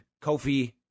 Kofi